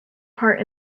part